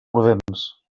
prudents